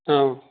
ஆ